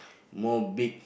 more big